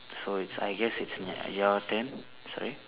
so it's I guess it's your turn sorry